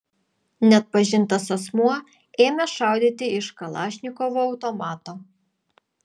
neatpažintas asmuo ėmė šaudyti iš kalašnikovo automato